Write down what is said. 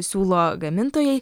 siūlo gamintojai